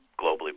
globally